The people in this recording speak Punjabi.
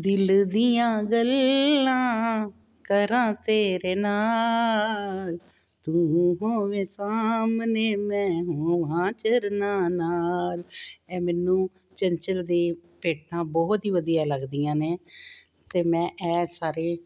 ਦਿਲ ਦੀਆਂ ਗੱਲਾਂ ਕਰਾਂ ਤੇਰੇ ਨਾਲ ਤੂੰ ਭਾਵੇਂ ਸਾਹਮਣੇ ਮੈ ਹੋ ਹਾਂ ਚਰਨਾਂ ਨਾਲ ਇਹ ਮੈਨੂੰ ਚੰਚਲ ਦੇ ਭੇਟਾਂ ਬਹੁਤ ਹੀ ਵਧੀਆ ਲੱਗਦੀਆਂ ਨੇ ਅਤੇ ਮੈਂ ਇਹ ਸਾਰੇ